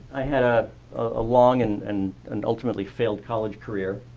i had a ah long and and and ultimately failed college career.